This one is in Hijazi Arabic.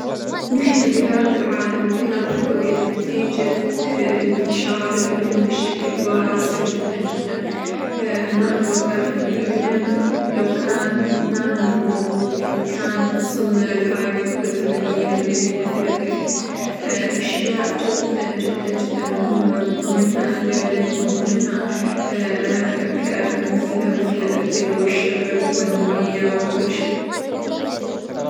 نحنا بهذا العالم وبهذا الوقت نتيجة انتشار العلم بشكل واسع جدًا جدًا، ما أتوقع إنه العلم لو كان مانه موجود كان وصلنا لهاي الحقبة الزمنية اللي نحنا فيها دحين، أشياء جدًا جدًا جدًا مهمة من ظمنها العلم، من ظمنها مثلها مثل: الأكل، والشرب، والمية، وكل شيء.